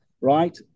right